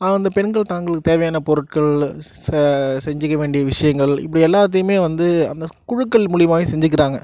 ஆனால் அந்த பெண்கள் தாங்களுக்கு தேவையான பொருட்களும் ச செஞ்சிக்க வேண்டிய விஷயங்கள் இப்படி எல்லாத்தையுமே வந்து அந்த குழுக்கள் மூலியமாகவே செஞ்சிக்கிறாங்க